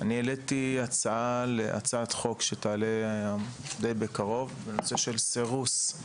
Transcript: העליתי הצעת חוק שתעלה די בקרוב בנושא סירוס